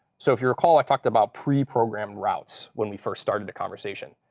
so if you recall, i talked about preprogrammed routes when we first started the conversation.